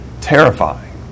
terrifying